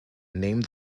name